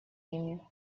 ими